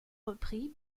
repris